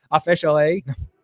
officially